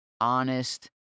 honest